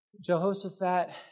Jehoshaphat